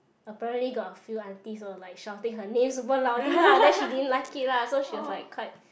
apparently got a few aunties was like shouting her name super loudly lah then she didn't like it lah so she was like quite